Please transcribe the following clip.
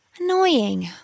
Annoying